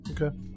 Okay